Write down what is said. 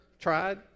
tried